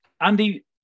Andy